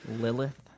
Lilith